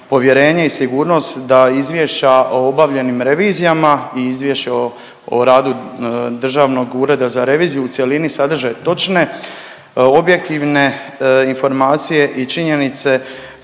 povjerenje i sigurnost da izvješća o obavljenim revizijama i izvješće o radu Državnog ureda za reviziju u cjelini sadrže točne, objektivne informacije i činjenice